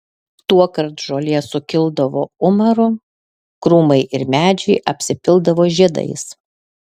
tuokart žolė sukildavo umaru krūmai ir medžiai apsipildavo žiedais